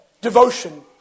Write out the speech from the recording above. devotion